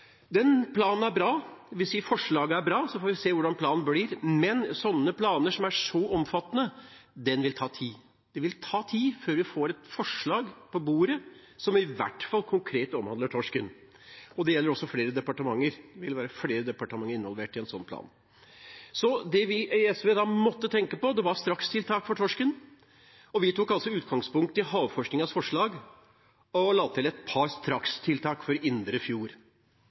Den planen er bra, det vil si at forslaget er bra – så får vi se hvordan planen blir. Men planer som er så omfattende, vil ta tid. Det vil ta tid før vi får et forslag på bordet som i hvert fall konkret omhandler torsken. Det gjelder flere departementer, det vil være flere departementer involvert i en slik plan. Det vi i SV da måtte tenke på, var strakstiltak for torsken. Vi tok utgangspunkt i Havforskningsinstituttets forslag og la til et par strakstiltak for indre